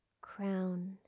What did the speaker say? crown